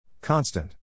Constant